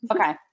Okay